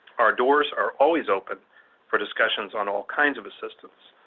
our doors are always open for discussions on all kinds of assistance,